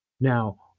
Now